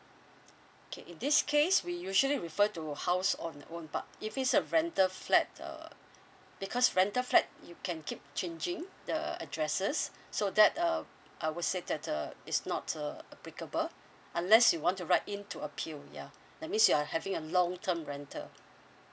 okay in this case we usually refer to house on own but if it's a rental flat uh because rental flat you can keep changing the addresses so that uh I would say that uh it's not uh applicable unless you want to write in to appeal ya that means you are having a long term rental